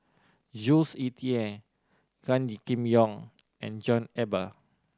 Jules Itier Gan Kim Yong and John Eber